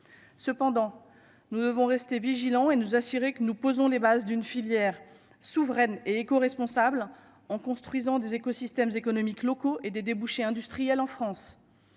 cependant, nous devons rester vigilants et nous assurer que nous posons les bases d'une filière souveraine et et coresponsable en construisant des écosystèmes économiques locaux et des débouchés industriels en France,